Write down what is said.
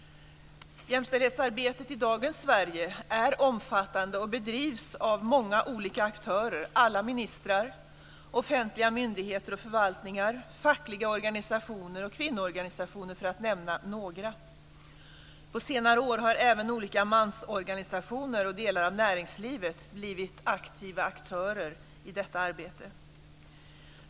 Jämställdhetsarbetet i dagens Sverige är omfattande och bedrivs av många olika aktörer - alla ministrar, offentliga myndigheter och förvaltningar, fackliga organisationer och kvinnoorganisationer, för att nämna några. På senare år har även olika mansorganisationer och delar av näringslivet blivit aktiva aktörer i detta arbete.